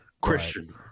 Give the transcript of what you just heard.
Christian